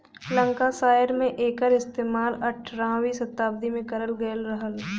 Lancashire में एकर इस्तेमाल अठारहवीं सताब्दी में करल गयल रहल